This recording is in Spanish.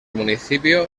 municipio